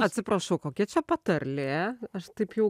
atsiprašau kokia čia patarlė aš taip jau